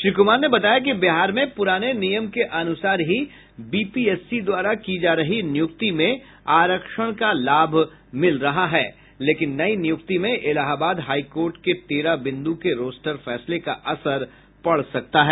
श्री कुमार ने बताया कि बिहार में पुराने नियम के अनुसार ही बीपीएससी द्वारा की जा रही नियुक्ति में आरक्षण का लाभ मिल रहा है लेकिन नयी नियुक्ति में इलाहाबाद हाईकोर्ट के तेरह बिंदू के रोस्टर फैसले का असर पड़ सकता है